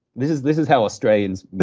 this is this is how australians